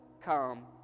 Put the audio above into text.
come